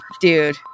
Dude